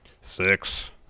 six